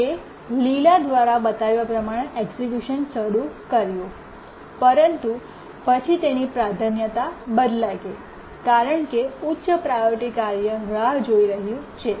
તે લીલા દ્વારા બતાવ્યા પ્રમાણે એક્સક્યૂશન શરૂ કર્યું પરંતુ પછી તેની પ્રાધાન્યતા બદલાઈ ગઈ કારણ કે ઉચ્ચ પ્રાયોરિટી કાર્ય રાહ જોઈ રહ્યું છે